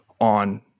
on